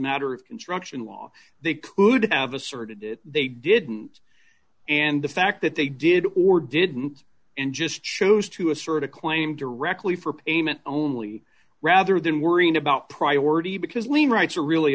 matter of construction law they could have asserted that they didn't and the fact that they did or didn't and just chose to assert a claim directly for payment only rather than worrying about priority because we rights are really